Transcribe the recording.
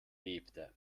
bebte